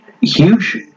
huge